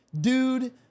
dude